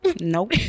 nope